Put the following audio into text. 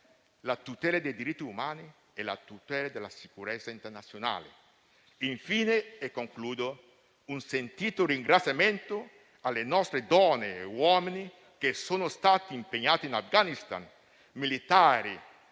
la tutela dei diritti umani e la tutela della sicurezza internazionale. Esprimo, infine, un sentito ringraziamento alle nostre donne e ai nostri uomini che sono stati impegnati in Afghanistan. Penso a militari,